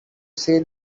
say